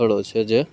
સ્થળો છે જે